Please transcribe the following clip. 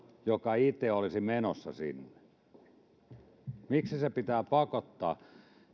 joka itse olisi menossa sinne vaatii toisen asteen koulutusta miksi se pitää pakottaa